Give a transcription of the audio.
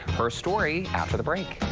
her story after the break.